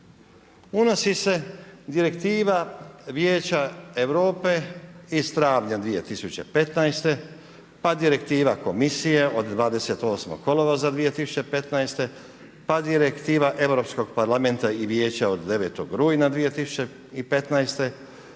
Unosi se Direktiva Vijeća Europe iz travnja 2015., pa Direktiva komisije od 28. kolovoza 2015., pa Direktiva Europskog Parlamenta i Vijeća od 9. rujna 2015.,